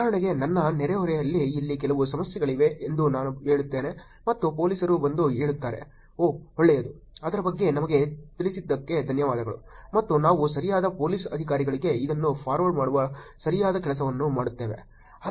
ಉದಾಹರಣೆಗೆ ನನ್ನ ನೆರೆಹೊರೆಯಲ್ಲಿ ಇಲ್ಲಿ ಕೆಲವು ಸಮಸ್ಯೆಗಳಿವೆ ಎಂದು ನಾನು ಹೇಳುತ್ತೇನೆ ಮತ್ತು ಪೊಲೀಸರು ಬಂದು ಹೇಳುತ್ತಾರೆ ಓಹ್ ಒಳ್ಳೆಯದು ಅದರ ಬಗ್ಗೆ ನಮಗೆ ತಿಳಿಸಿದ್ದಕ್ಕಾಗಿ ಧನ್ಯವಾದಗಳು ಮತ್ತು ನಾವು ಸರಿಯಾದ ಪೋಲೀಸ್ ಅಧಿಕಾರಿಗೆ ಇದನ್ನು ಫಾರ್ವರ್ಡ್ ಮಾಡುವ ಸರಿಯಾದ ಕೆಲಸವನ್ನು ಮಾಡುತ್ತೇವೆ